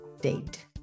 date